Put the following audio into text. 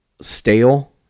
stale